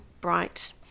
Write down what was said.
bright